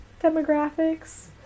demographics